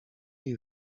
you